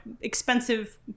expensive